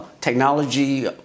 technology